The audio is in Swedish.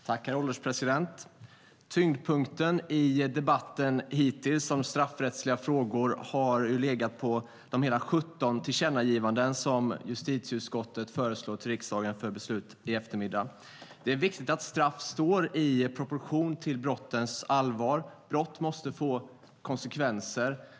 Herr ålderspresident! Hittills har tyngdpunkten i debatten om straffrättsliga frågor legat på de hela 17 tillkännagivanden som justitieutskottet föreslår till riksdagen för beslut i eftermiddag. Det är viktigt att straff står i proportion till brottets allvar. Brott måste få konsekvenser.